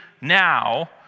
now